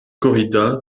corrida